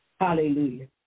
Hallelujah